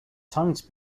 times